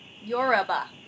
Yoruba